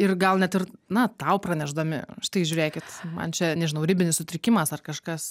ir gal net ir na tau pranešdami štai žiūrėkit man čia nežinau ribinis sutrikimas ar kažkas